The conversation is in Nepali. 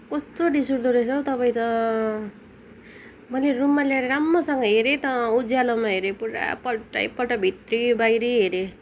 कस्तो रिसउठ्दो रहेछ हौ तपाईँ त मैले रूममा ल्याएर राम्रोसँग हेरेँ त उज्यालोमा हेरेँ पुरा पल्टाई पल्टाई भित्री बाहिरी हेरेँ